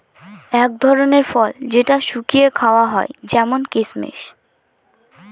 এক ধরনের ফল যেটা শুকিয়ে খাওয়া হয় যেমন কিসমিস